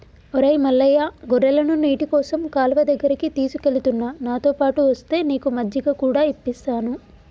ఒరై మల్లయ్య గొర్రెలను నీటికోసం కాలువ దగ్గరికి తీసుకుఎలుతున్న నాతోపాటు ఒస్తే నీకు మజ్జిగ కూడా ఇప్పిస్తాను